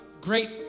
great